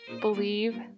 Believe